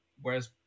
Whereas